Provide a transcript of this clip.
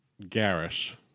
garish